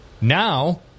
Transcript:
Now